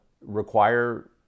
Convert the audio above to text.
require